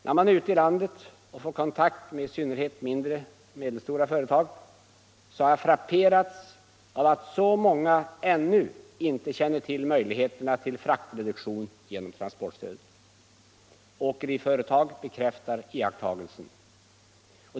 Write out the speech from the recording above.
När jag varit ute i landet och fått kontakt med i synnerhet mindre och medelstora företag, har jag frapperats av att så många ännu inte känner till möjligheterna till fraktreduktion genom transportstödet. Åkeriföretag bekräftar iakttagelsen.